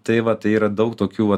tai va tai yra daug tokių vat